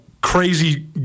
crazy